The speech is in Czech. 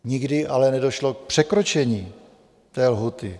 Nikdy ale nedošlo k překročení té lhůty.